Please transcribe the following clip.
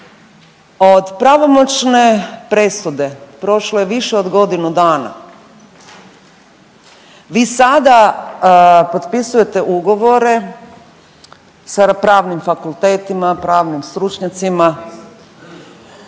od pravomoćne presude prošlo je više od godinu dana, vi sada potpisujete ugovore sa pravnim fakultetima, pravnim stručnjacima,